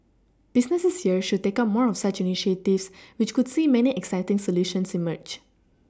businesses here should take up more of such initiatives which could see many exciting solutions emerge